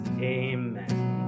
Amen